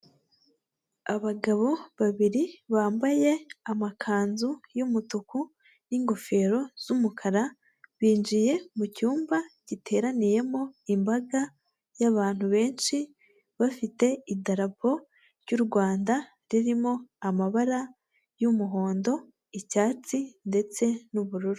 Abagabo babiri bambaye amakanzu y'umutuku n'ingofero z'umukara; binjiye mu cyumba giteraniyemo imbaga y'abantu benshi; bafite idarapo ry'u rwanda ririmo amabara y'umuhondo, icyatsi ndetse n'ubururu.